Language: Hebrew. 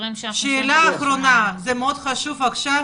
חשוב עכשיו